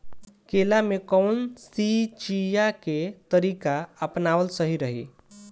केला में कवन सिचीया के तरिका अपनावल सही रही?